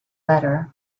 letter